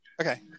Okay